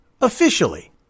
Officially